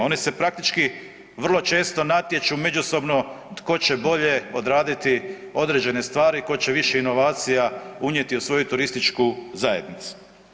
Oni se praktički vrlo često natječu međusobno tko će bolje odraditi određene stvari, tko će više inovacija unijeti u svoju turističku zajednicu.